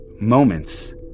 moments